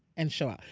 and show out.